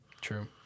True